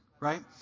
Right